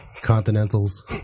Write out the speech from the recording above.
continentals